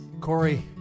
Corey